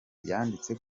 yanditse